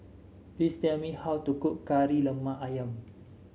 please tell me how to cook Kari Lemak ayam